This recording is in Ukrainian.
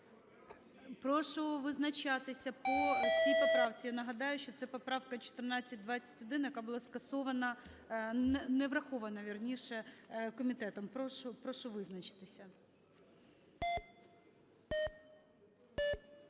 Прошу визначатися по цій поправці, нагадаю, що це поправка 1421, яка була скасована, не врахована, вірніше, комітетом. Прошу визначитись.